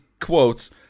quotes